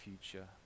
future